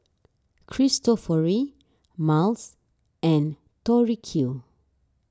Cristofori Miles and Tori Q